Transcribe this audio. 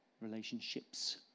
relationships